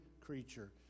creature